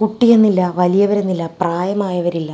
കുട്ടി എന്നില്ല വലിയവര് എന്നില്ല പ്രായമായവരില്ല